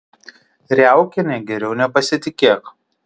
riaukiene geriau nepasitikėk